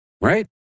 Right